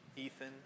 Ethan